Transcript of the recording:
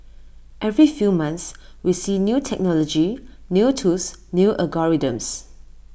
every few months we see new technology new tools new algorithms